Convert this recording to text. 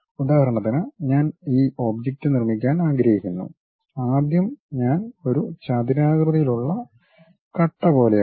ഉദാഹരണത്തിന് ഞാൻ ഈ ഒബ്ജക്റ്റ് നിർമ്മിക്കാൻ ആഗ്രഹിക്കുന്നുആദ്യം ഞാൻ ഒരു ചതുരാകൃതിയിലുള്ള കട്ട പോലെയാക്കും